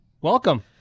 welcome